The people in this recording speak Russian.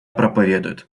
проповедует